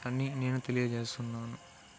అని నేను తెలియజేస్తున్నాను